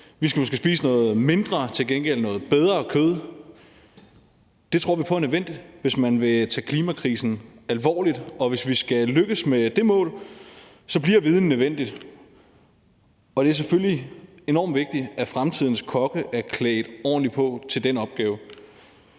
Vi skal måske spise mindre, men til gengæld bedre kød. Det tror vi på er nødvendigt, hvis man vil tage klimakrisen alvorligt, og hvis vi skal lykkes med det mål, bliver det nødvendigt med viden. Det er selvfølgelig enormt vigtigt, at fremtidens kokke er klædt ordentligt på til den opgave.